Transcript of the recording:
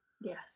yes